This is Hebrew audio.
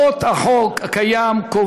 גברתי היושבת בראש,